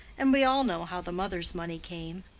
and we all know how the mother's money came.